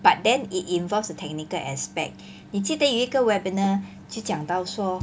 but then it involves the technical aspect 你记得有一个 webinar 就讲到说